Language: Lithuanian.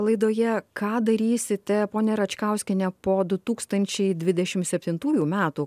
laidoje ką darysite ponia račkauskiene po du tūkstančiai dvidešim septintųjų metų